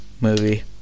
movie